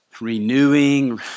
renewing